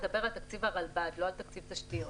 --- מדבר על תקציב הרלב"ד, לא על תקציב תשתיות.